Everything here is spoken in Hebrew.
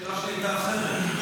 השאלה שלי הייתה אחרת.